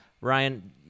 Ryan